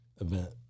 event